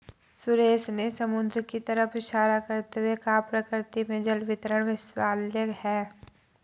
सुरेश ने समुद्र की तरफ इशारा करते हुए कहा प्रकृति में जल वितरण विशालकाय है